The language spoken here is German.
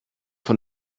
von